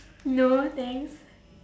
no thanks